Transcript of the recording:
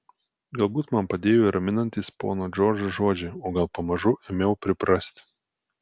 galbūt man padėjo raminantys pono džordžo žodžiai o gal pamažu ėmiau priprasti